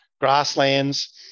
grasslands